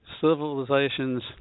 civilizations